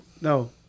No